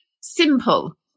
simple